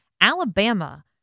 Alabama